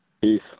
peace